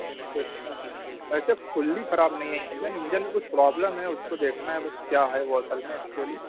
اچھا اچھا ویسے فلی خراب نہیں ہے انجن میں کچھ پرابلم ہے اس کو دیکھنا ہے بس کیا ہے وہ اصل میں ایکچولی